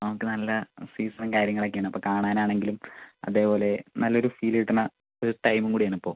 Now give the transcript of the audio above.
നമുക്ക് നല്ല സീസണും കാര്യങ്ങളൊക്കെ ആണ് അപ്പം കാണാൻ ആണെങ്കിലും അതേപോലെ നല്ല ഒരു ഫീൽ കിട്ടുന്ന ഒരു ടൈമും കൂടി ആണ് ഇപ്പോൾ